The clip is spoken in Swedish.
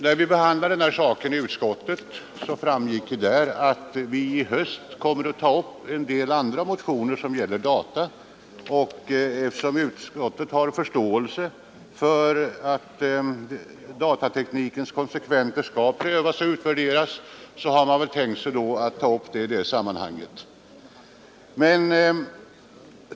När vi behandlade detta ärende i utskottet, framgick det att utskottet i höst kommer att ta upp en del andra motioner som gäller de statliga dataanläggningarna. Eftersom utskottet har förståelse för att datateknikens konsekvenser skall prövas och utvärderas, har utskottet tänkt sig återkomma till dessa frågor i det sammanhanget.